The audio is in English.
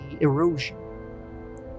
erosion